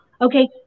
Okay